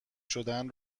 شدن